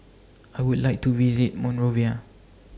I Would like to visit Monrovia